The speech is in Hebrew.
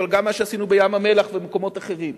אבל גם מה שעשינו בים-המלח ומקומות אחרים,